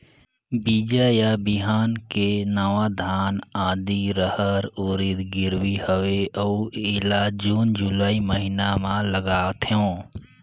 बीजा या बिहान के नवा धान, आदी, रहर, उरीद गिरवी हवे अउ एला जून जुलाई महीना म लगाथेव?